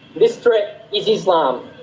this threat is islam.